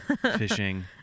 fishing